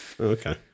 Okay